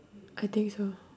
I think so